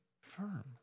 firm